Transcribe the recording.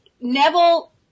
Neville